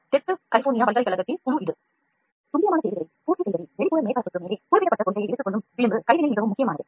விளிம்பு கைவினை மேலே குறிப்பிடப்பட்ட கொள்கையை எடுத்துக்கொள்ளும் வகையில் துல்லியமான தேவைகளைப் பூர்த்தி செய்வதில் வெளிப்புற மேற்பரப்பு மிகவும் முக்கியமானது